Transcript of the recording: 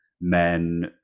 men